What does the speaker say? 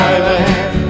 Island